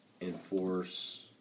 enforce